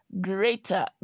greater